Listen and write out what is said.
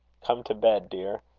come to bed, dear.